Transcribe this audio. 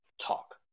talk